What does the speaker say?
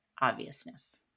obviousness